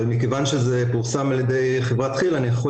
אבל מכיוון שזה פורסם על ידי חברת כי"ל אני יכול